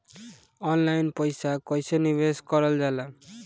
Online पईसा कईसे निवेश करल जाला?